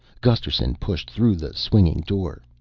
gusterson pushed through the swinging door.